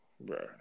Bro